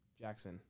Jackson